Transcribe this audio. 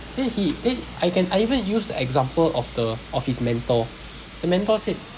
then he then I can I even use the example of the of his mentor the mentor said